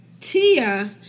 Tia